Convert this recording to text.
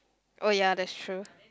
oh ya that's true